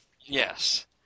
Yes